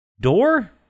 door